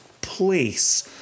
place